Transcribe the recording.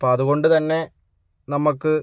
അപ്പം അതുകൊണ്ട് തന്നെ നമുക്ക്